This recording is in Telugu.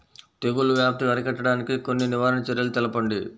తెగుళ్ల వ్యాప్తి అరికట్టడానికి కొన్ని నివారణ చర్యలు తెలుపండి?